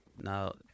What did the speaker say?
Now